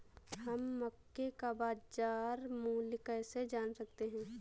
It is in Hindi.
हम मक्के का बाजार मूल्य कैसे जान सकते हैं?